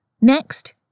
Next